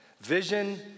vision